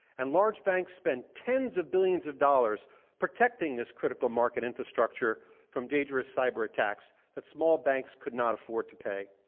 and large banks spend tens of billions of dollars protecting this critical market infrastructure from dangerous cyber-attacks that small banks could not afford to pay.